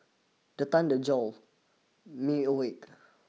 the thunder jolt me awake